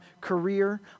career